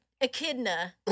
echidna